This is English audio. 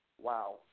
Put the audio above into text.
wow